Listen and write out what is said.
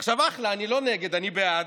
עכשיו אחלה, אני לא נגד, אני בעד.